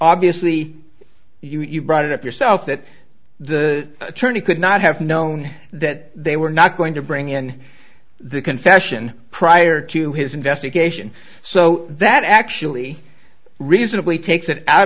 obviously you brought it up yourself that the attorney could not have known that they were not going to bring in the confession prior to his investigation so that actually reasonably takes it out